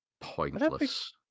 pointless